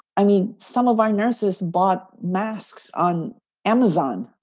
i mean, some of our nurses bought masks on amazon.